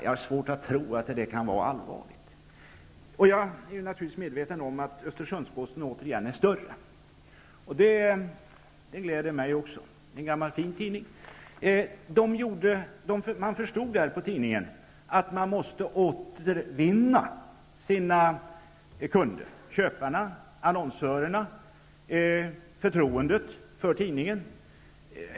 Jag har svårt att tro att det kan vara allvar. Jag är naturligtvis medveten om att Östersundsposten återigen är större. Det gläder mig också. Det är en gammal fin tidning. På Östersundsposten förstod man att man måste återvinna sina kunders, köparnas och annonsörernas, förtroende för tidningen.